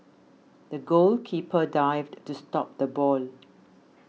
the goalkeeper dived to stop the ball